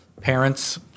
parents